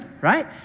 Right